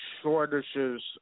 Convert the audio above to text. shortages